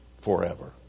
Forever